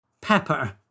pepper